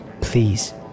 Please